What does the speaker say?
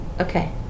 Okay